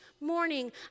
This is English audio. morning